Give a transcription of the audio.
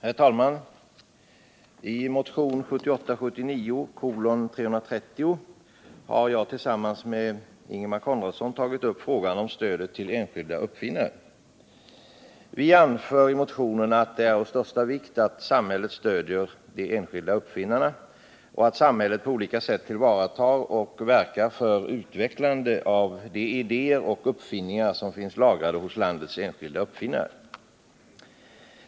Herr talman! I motionen 1978/79:330 har jag tillsammans med Ingemar Konradsson tagit upp frågan om stödet till enskilda uppfinnare. Vianför i motionen att det är av största vikt att samhället stöder de enskilda uppfinnarna och att samhället på olika sätt tillvaratar och verkar för utvecklande av de idéer och uppfinningar som finns lagrade hos landets enskilda uppfinnare.